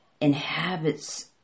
inhabits